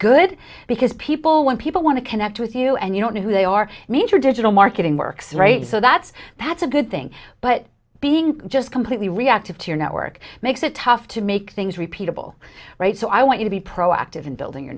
good because people when people want to connect with you and you don't know who they are mean traditional marketing works right so that's that's a good thing but being just completely reactive to your network makes it tough to make things repeatable right so i want you to be proactive in building your